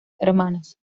hermanas